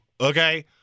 okay